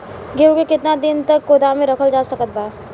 गेहूँ के केतना दिन तक गोदाम मे रखल जा सकत बा?